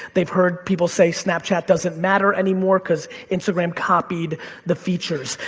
they've heard people say snapchat doesn't matter anymore cause instagram copied the features.